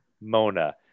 Mona